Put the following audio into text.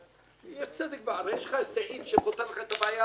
יש לך סעיף שפותר לך את הבעיה.